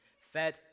fed